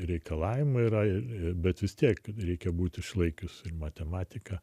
reikalavimai yra ir bet vis tiek reikia būti išlaikius ir matematiką